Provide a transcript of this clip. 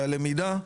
והלמידה.